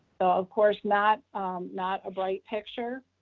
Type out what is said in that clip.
so of course not not a bright picture.